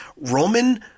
Roman